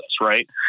right